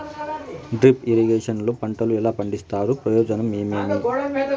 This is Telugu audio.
డ్రిప్ ఇరిగేషన్ లో పంటలు ఎలా పండిస్తారు ప్రయోజనం ఏమేమి?